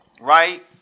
Right